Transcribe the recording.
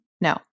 No